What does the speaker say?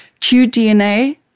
QDNA